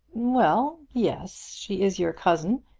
well yes. she is your cousin,